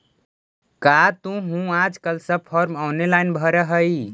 का तुहूँ आजकल सब फॉर्म ऑनेलाइन भरऽ हही?